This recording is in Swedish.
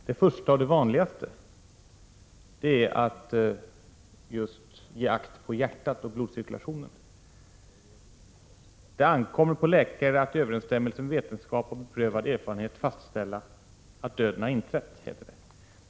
Det första och det vanligaste är att just ge akt på hjärtat och blodcirkulationen. ”Det ankommer på läkare att i överensstämmelse med vetenskap och beprövad erfarenhet fastställa att döden har inträtt”, heter det.